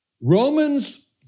Romans